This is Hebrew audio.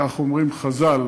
כך אומרים חז"ל.